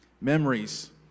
Memories